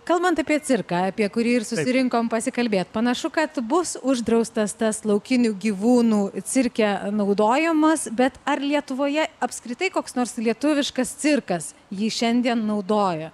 kalbant apie cirką apie kurį ir susirinkom pasikalbėt panašu kad bus uždraustas tas laukinių gyvūnų cirke naudojamas bet ar lietuvoje apskritai koks nors lietuviškas cirkas jį šiandien naudoja